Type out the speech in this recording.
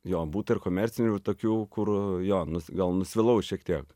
jo būta ir komercinių ir tokių kur jo gal nusvilau šiek tiek